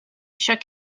shook